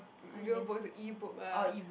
mm real book it's a e-book ah